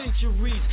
centuries